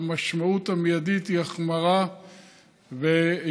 והמשמעות המיידית היא החמרה והתייחסות